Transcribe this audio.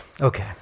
Okay